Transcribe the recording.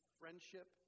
friendship